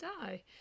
die